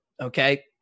okay